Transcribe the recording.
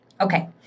Okay